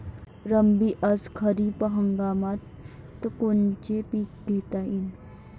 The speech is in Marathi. रब्बी अस खरीप हंगामात कोनचे पिकं घेता येईन?